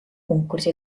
konkursi